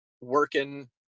working